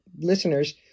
listeners